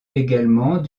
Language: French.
également